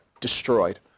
destroyed